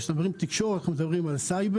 כשאנחנו מדברים על תקשורת אנחנו מדברים על סייבר.